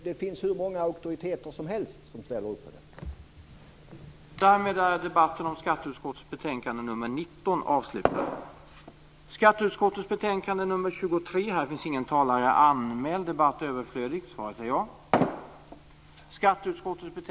Det finns hur många auktoriteter som helst som ställer upp på det.